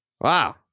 Wow